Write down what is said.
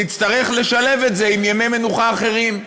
נצטרך לשלב את זה עם ימי מנוחה אחרים.